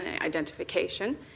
identification